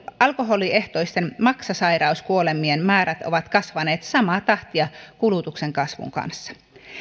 alkoholiehtoisten maksasairauskuolemien määrät ovat kasvaneet samaa tahtia kulutuksen kasvun kanssa